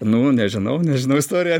nu nežinau nežinau istorija